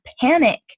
panic